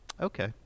Okay